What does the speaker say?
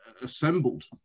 assembled